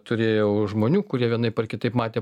turėjau žmonių kurie vienaip ar kitaip matė